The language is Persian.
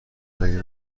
مگه